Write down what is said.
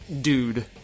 dude